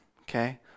okay